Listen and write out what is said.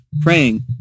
praying